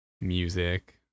music